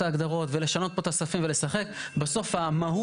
ההגדרות ולשנות פה את הספים ולשחק - בסוף המהות,